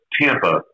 Tampa